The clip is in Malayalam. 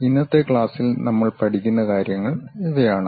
ഇന്നത്തെ ക്ലാസ്സിൽ നമ്മൾ പഠിക്കുന്ന കാര്യങ്ങൾ ഇവയാണ്